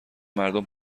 مردم